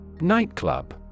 Nightclub